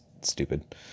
stupid